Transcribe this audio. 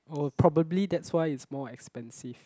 oh probably that's why it's more expensive